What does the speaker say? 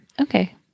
Okay